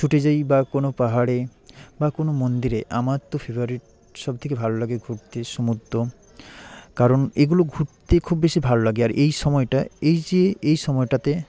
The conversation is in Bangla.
ছুটে যাই বা কোনও পাহাড়ে বা কোনও মন্দিরে আমার তো ফেভারিট সবথেকে ভালো লাগে ঘুরতে সমুদ্র কারণ এগুলো ঘুরতে খুব বেশি ভালো লাগে আর এই সময়টা এই যে এই সময়টাতে